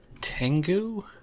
Tengu